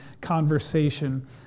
conversation